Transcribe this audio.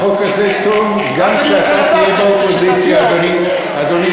החוק הזה טוב גם כשאתה תהיה באופוזיציה, אדוני.